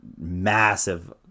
massive